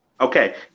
Okay